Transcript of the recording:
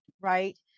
right